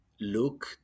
look